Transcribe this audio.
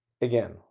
Again